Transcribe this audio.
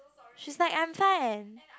she's like I'm fine